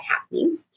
happening